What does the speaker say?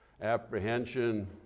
apprehension